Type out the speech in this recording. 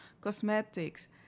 cosmetics